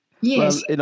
Yes